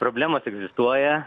problemos egzistuoja